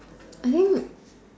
I think